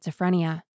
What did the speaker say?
schizophrenia